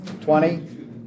Twenty